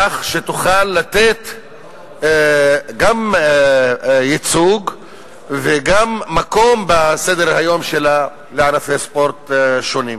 כך שתוכל לתת גם ייצוג וגם מקום בסדר-היום שלה לענפי ספורט שונים.